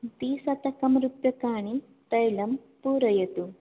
त्रिशतकं रूप्यकाणि तैलं पूरयतु